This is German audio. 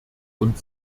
und